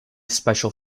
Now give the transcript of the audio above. special